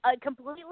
completely